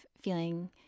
feeling